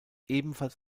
ebenfalls